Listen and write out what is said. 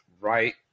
right